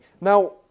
Now